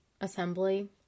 Assembly